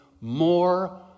more